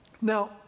Now